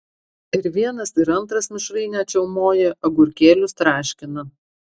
ir vienas ir antras mišrainę čiaumoja agurkėlius traškina